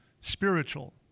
spiritual